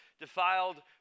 defiled